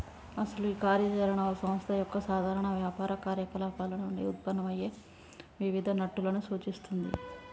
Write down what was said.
అసలు ఈ కార్య చరణ ఓ సంస్థ యొక్క సాధారణ వ్యాపార కార్యకలాపాలు నుండి ఉత్పన్నమయ్యే వివిధ నట్టులను సూచిస్తుంది